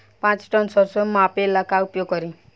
पाँच टन सरसो मापे ला का उपयोग करी?